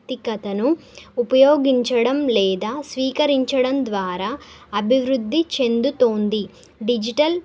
తికతను ఉపయోగించడం లేదా స్వీకరించడం ద్వారా అభివృద్ధి చెందుతోంది డిజిటల్